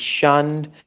shunned